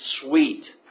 sweet